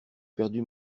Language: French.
perdu